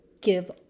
give